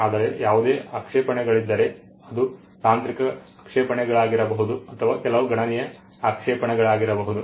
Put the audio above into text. ಆದರೆ ಯಾವುದೇ ಆಕ್ಷೇಪಣೆಗಳಿದ್ದರೆ ಅದು ತಾಂತ್ರಿಕ ಆಕ್ಷೇಪಣೆಗಳಾಗಿರಬಹುದು ಅಥವಾ ಕೆಲವು ಗಣನೀಯ ಆಕ್ಷೇಪಣೆಗಳಾಗಿರಬಹುದು